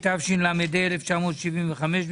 התשל"ה-1975,